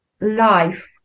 life